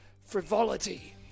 frivolity